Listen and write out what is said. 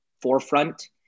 forefront